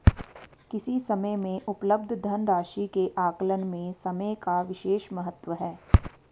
किसी समय में उपलब्ध धन राशि के आकलन में समय का विशेष महत्व है